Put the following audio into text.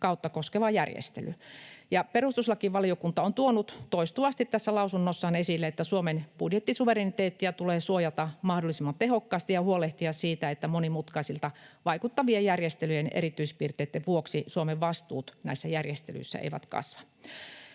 koskeva järjestely. Perustuslakivaliokunta on tuonut toistuvasti lausunnossaan esille, että Suomen budjettisuvereniteettiä tulee suojata mahdollisimman tehokkaasti ja huolehtia siitä, että monimutkaisilta vaikuttavien järjestelyjen erityispiirteitten vuoksi Suomen vastuut näissä järjestelyissä eivät kasva.